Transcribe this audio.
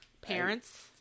parents